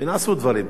ונעשו דברים טובים.